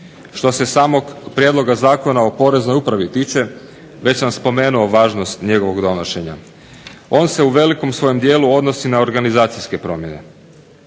Što se samog Prijedloga zakona o Poreznoj upravi tiče već sam spomenuo važnost njegovog donošenja. On se u velikom svojem dijelu odnosi na organizacijske promjene.